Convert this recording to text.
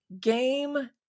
game